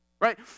right